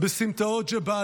לטובת קביעה באיזו ועדה.